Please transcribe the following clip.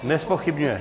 Nezpochybňuje?